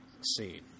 scene